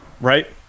Right